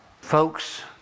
folks